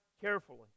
carefully